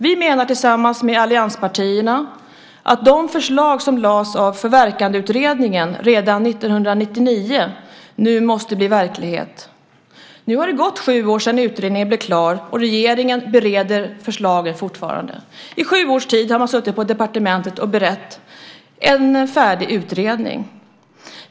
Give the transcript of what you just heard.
Vi menar tillsammans med allianspartierna att de förslag som lades fram av Förverkandeutredningen redan 1999 nu måste bli verklighet. Nu har det gått sju år sedan utredningen blev klar, och regeringen bereder förslagen fortfarande. I sju års tid har man suttit på departementet och berett en färdig utredning!